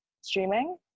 streaming